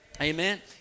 Amen